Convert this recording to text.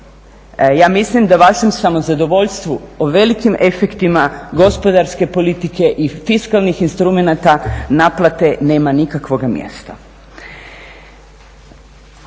Ja mislim da vašem samozadovoljstvu o velikim efektima gospodarske politike i fiskalnih instrumenata naplate nema nikakvoga mjesta.